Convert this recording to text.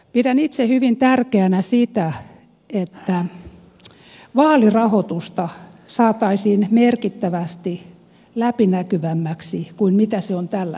pidän itse hyvin tärkeänä sitä että vaalirahoitusta saataisiin merkittävästi läpinäkyvämmäksi kuin se on tällä hetkellä